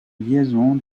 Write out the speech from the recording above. liaison